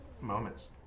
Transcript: moments